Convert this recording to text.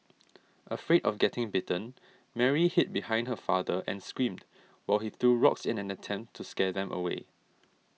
afraid of getting bitten Mary hid behind her father and screamed while he threw rocks in an attempt to scare them away